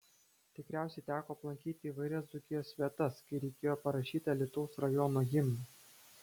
tikriausiai teko aplankyti įvairias dzūkijos vietas kai reikėjo parašyti alytaus rajono himną